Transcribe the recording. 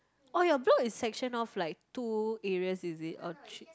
oh your block is session off like two areas is it or three